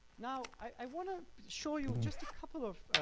now i want to show you just a couple of,